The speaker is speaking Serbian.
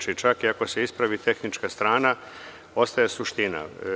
Čak i ako se ispravi tehnička strana ostaje suština.